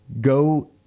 go